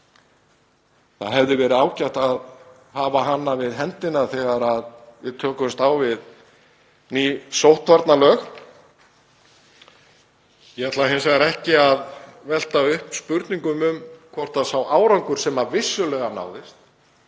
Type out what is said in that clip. Það hefði verið ágætt að hafa hana við höndina þegar við tökumst á við ný sóttvarnalög. Ég ætla hins vegar ekki að velta upp spurningum um hvort sá árangur sem vissulega náðist,